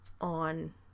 on